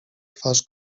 twarz